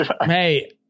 Hey